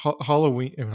Halloween